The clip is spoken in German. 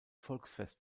volksfest